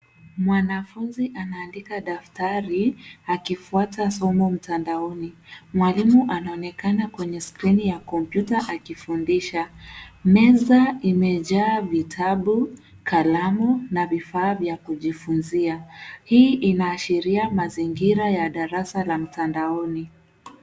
Mwanafunzi anaandika daftari akifuata somo mtandaoni. Mwalimu anaonekana kwenye skrini ya kompyuta akifundisha. Meza imejaa vitabu, kalamu na vifaa vya kujifunzia. Hii inaashiria mazingira ya darasa la mtandaoni.